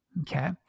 okay